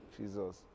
jesus